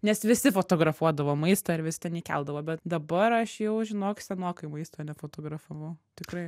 nes visi fotografuodavo maistą ir vis ten įkeldavo bet dabar aš jau žinok senokai maisto nefotografavau tikrai